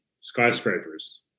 skyscrapers